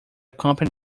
company